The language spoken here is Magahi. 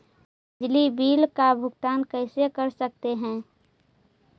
बिजली बिल का भुगतान कैसे कर सकते है?